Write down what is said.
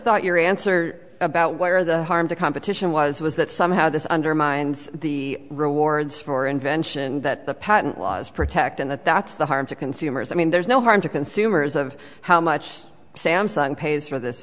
thought your answer about where the harm the competition was was that somehow this undermines the rewards for invention that the patent laws protect and that that's the harm to consumers i mean there's no harm to consumers of how much samsung pays for this